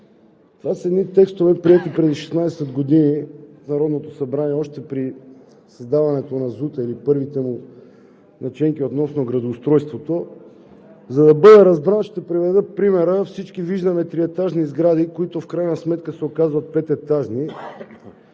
Това са едни текстове, приети преди 16 години в Народното събрание още при създаването на ЗУТ-а или първите му наченки относно градоустройството. За да бъда разбран, ще приведа примера: всички виждаме триетажни сгради, които в крайна сметка се оказват пететажни.